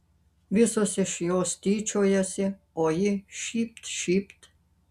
visos iš jos tyčiojasi o ji šypt šypt